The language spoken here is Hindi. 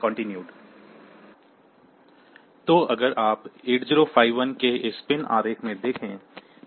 यह 8051 का पिन आरेख है